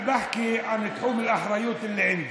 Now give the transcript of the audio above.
אני מדבר על תחום האחריות שאצלי.